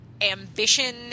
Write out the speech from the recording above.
ambition